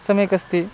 सम्यक् अस्ति